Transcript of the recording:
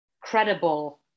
credible